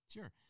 Sure